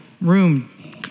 room